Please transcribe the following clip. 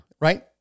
Right